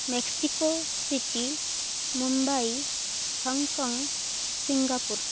Mexico city Mumbai Hong Kong Singapore